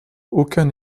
aucun